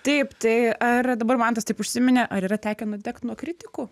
taip tai ar dabar mantas taip užsiminė ar yra tekę nudegt nuo kritikų